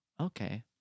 Okay